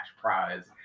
prize